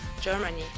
Germany